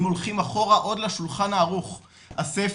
אם הולכים אחורה עוד לשולחן הערוך הספר,